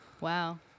Wow